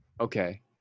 Okay